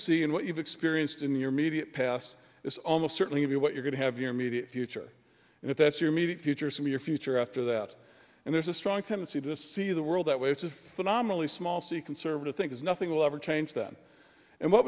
see and what you've experienced in your immediate past is almost certainly give you what you're going to have your immediate future and if that's your immediate future some your future after that and there's a strong tendency to see the world that way it's a phenomenally small c conservative think is nothing will ever change that and what